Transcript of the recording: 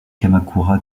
kamakura